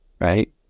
right